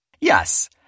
Yes